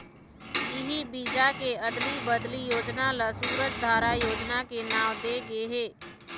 इही बीजा के अदली बदली योजना ल सूरजधारा योजना के नांव दे गे हे